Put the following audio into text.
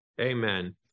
Amen